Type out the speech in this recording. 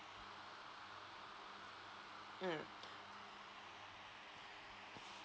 mm